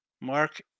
Mark